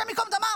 השם ייקום דמה,